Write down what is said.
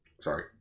sorry